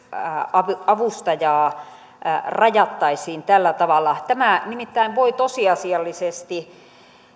avustajaa rajattaisiin tällä tavalla tämä nimittäin voi tosiasiallisesti peräti